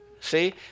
See